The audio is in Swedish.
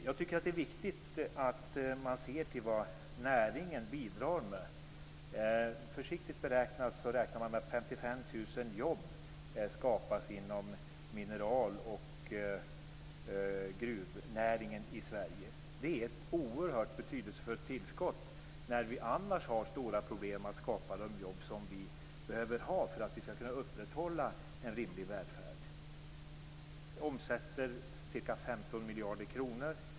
Jag tycker att det är viktigt att man ser till vad näringen bidrar med. En försiktig beräkning visar att Sverige. Det är ett oerhört betydelsefullt tillskott när vi annars har stora problem att skapa de jobb som vi behöver ha för att vi skall kunna upprätthålla en rimlig välfärd. Näringen omsätter ca 15 miljarder kronor.